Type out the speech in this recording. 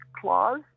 clause